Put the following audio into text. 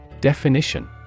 Definition